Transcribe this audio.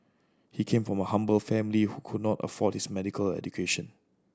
he came from a humble family who could not afford his medical education